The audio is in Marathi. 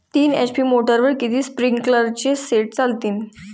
तीन एच.पी मोटरवर किती स्प्रिंकलरचे सेट चालतीन?